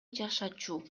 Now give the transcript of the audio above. жашачу